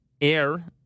air